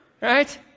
Right